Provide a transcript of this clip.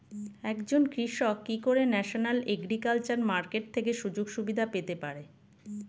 একজন কৃষক কি করে ন্যাশনাল এগ্রিকালচার মার্কেট থেকে সুযোগ সুবিধা পেতে পারে?